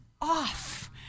off